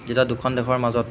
যেতিয়া দুখন দেশৰ মাজত